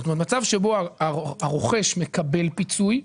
זאת אומרת מצב שבו הרוכש מקבל פיצוי,